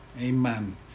amen